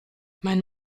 mein